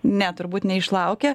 ne turbūt neišlaukė